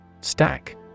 Stack